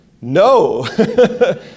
no